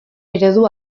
eredu